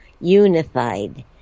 unified